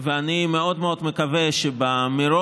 ואני מאוד מאוד מקווה שבמרוץ,